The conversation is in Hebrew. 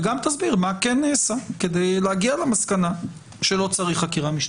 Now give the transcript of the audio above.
וגם תסביר מה כן נעשה כדי להגיע למסקנה שלא צריך חקירה משטרתית.